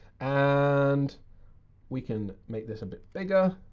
and we can make this a bit bigger.